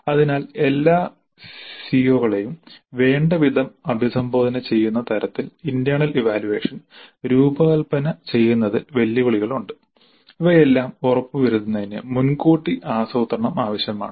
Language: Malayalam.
അതിനാൽ എല്ലാ സിഇഒകളെയും വേണ്ടവിധം അഭിസംബോധന ചെയ്യുന്ന തരത്തിൽ ഇന്റെർണൽ ഇവാല്യുവേഷൻ രൂപകൽപ്പന ചെയ്യുന്നതിൽ വെല്ലുവിളികളുണ്ട് ഇവയെല്ലാം ഉറപ്പുവരുത്തുന്നതിന് മുൻകൂട്ടി ആസൂത്രണം ആവശ്യമാണ്